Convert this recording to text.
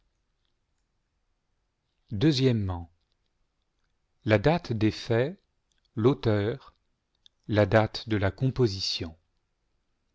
la date des faits l'aute-ur la date de la composition